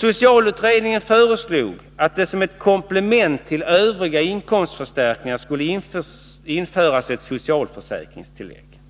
Socialutredningen föreslog att det som ett komplement till övriga inkomstförstärkningar skulle införas ett socialförsäkringstillägg.